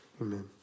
Amen